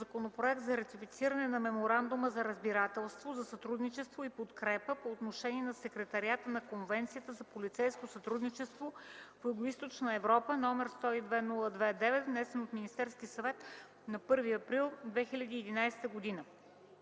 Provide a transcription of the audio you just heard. за ратифициране на Меморандума за разбирателство за сътрудничество и подкрепа по отношение на Секретариата на Конвенцията за полицейско сътрудничество в Югоизточна Европа, № 102-02-9, внесен от Министерския съвет на 1.04.2011 г.